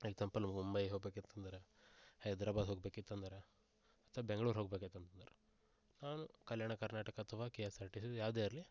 example Mumbai ಹೋಗ್ಬೇಕಿತ್ತು ಅಂದರೆ ಹೈದ್ರಬಾದ್ ಹೋಗ್ಬೇಕಿತ್ತು ಅಂದರೆ ಅಥ್ವ ಬೆಂಗಳೂರು ಹೋಗ್ಬೇಕಿತ್ತು ಅಂದರೆ ನಾನು ಕಲ್ಯಾಣ ಕರ್ನಾಟಕ ಅಥ್ವ K S R T C ಯಾವುದೇ ಇರಲಿ